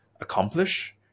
accomplish